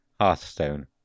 Hearthstone